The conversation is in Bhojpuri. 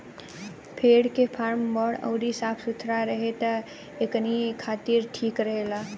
भेड़ के फार्म बड़ अउरी साफ सुथरा रहे त एकनी खातिर ठीक रहेला